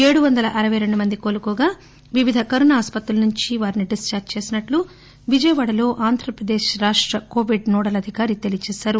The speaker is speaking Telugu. ఏడు వందల అరపై రెండు మంది కోలుకోగా వివిధ కరోనా ఆస్పత్రుల నుంచి వారిని డిశ్చార్ట్ చేసినట్లు విజయవాడలో ఆంధ్రప్రదేశ్ రాష్ట కోమెడ్ నోడల్ అధికారి తెలియజేశారు